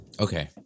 Okay